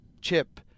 chip